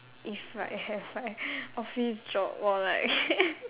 if like I have like office job or like